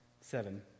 Seven